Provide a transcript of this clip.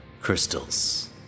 crystals